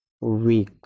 week